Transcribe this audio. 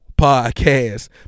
podcast